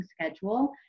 schedule